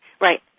Right